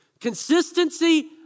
Consistency